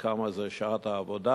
כמה זה שעת העבודה?